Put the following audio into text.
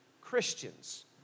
Christians